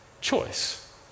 choice